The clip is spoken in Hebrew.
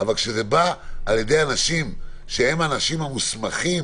אבל כשזה בא על ידי אנשים שהם האנשים המוסמכים,